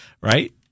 right